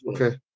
okay